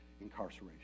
incarceration